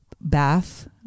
bath